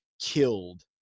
killed